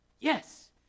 Yes